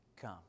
Come